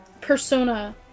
persona